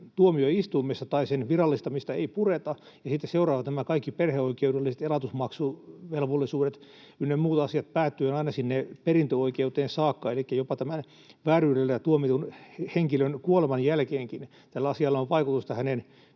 tuomioistuimessa tai sen virallistamista ei pureta, ja siitä seuraa nämä kaikki perheoikeudelliset elatusmaksuvelvollisuudet ynnä muut asiat päätyen aina sinne perintöoikeuteen saakka, elikkä jopa tämän vääryydellä tuomitun henkilön kuoleman jälkeenkin tällä asialla on vaikutusta hänen